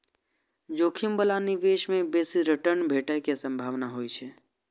जोखिम बला निवेश मे बेसी रिटर्न भेटै के संभावना होइ छै